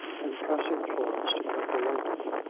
and pressing florence to come to london.